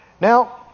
Now